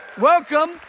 Welcome